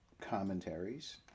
commentaries